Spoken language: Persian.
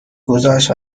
گذاشت